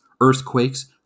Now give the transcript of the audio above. earthquakes